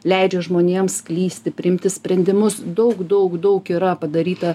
leidžia žmonėms klysti priimti sprendimus daug daug daug yra padaryta